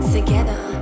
Together